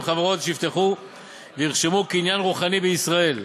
חברות שיפתחו וירשמו קניין רוחני בישראל,